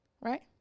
right